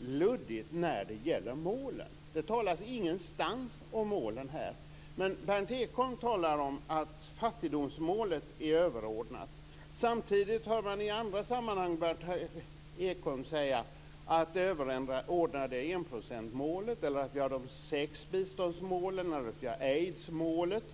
luddigt när det gäller målen. Det talas ingenstans om målen. Berndt Ekholm talar om att fattigdomsmålet är överordnat. Samtidigt hör man i andra sammanhang Berndt Ekholm säga att det överordnade är enprocentsmålet, de sex biståndsmålen eller aidsmålet.